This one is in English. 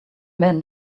men